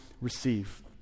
receive